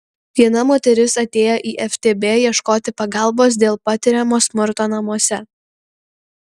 viena moteris atėjo į ftb ieškoti pagalbos dėl patiriamo smurto namuose